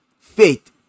Faith